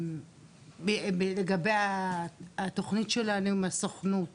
לגבי התוכנית שלנו עם הסוכנות